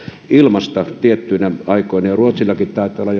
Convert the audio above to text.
ilmaista tiettyinä aikoina ja ruotsillakin taitaa olla